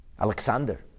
Alexander